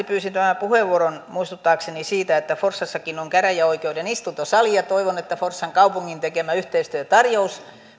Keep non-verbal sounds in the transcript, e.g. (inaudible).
(unintelligible) pyysin tämän puheenvuoron muistuttaakseni siitä että forssassakin on käräjäoikeuden istuntosali ja toivon että forssan kaupungin tekemä yhteistyötarjous